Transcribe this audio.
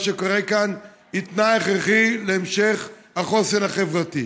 שקורה כאן היא תנאי הכרחי להמשך החוסן החברתי.